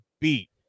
beat